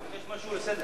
גברתי, משהו לסדר